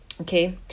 Okay